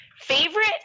Favorite